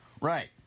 Right